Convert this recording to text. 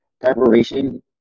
preparation